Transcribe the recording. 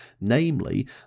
Namely